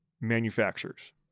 manufacturers